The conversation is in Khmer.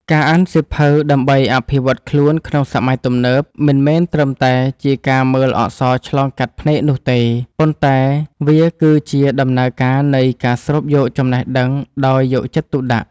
ការអានសៀវភៅដើម្បីអភិវឌ្ឍខ្លួនក្នុងសម័យទំនើប មិនមែនត្រឹមតែជាការមើលអក្សរឆ្លងកាត់ភ្នែកនោះទេ ប៉ុន្តែវាគឺជាដំណើរការនៃការស្រូបយកចំណេះដឹងដោយយកចិត្តទុកដាក់។